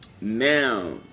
Now